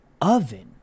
oven